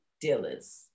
dealers